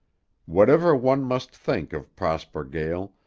whatever one must think of prosper gael,